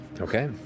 Okay